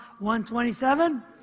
127